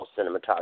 cinematography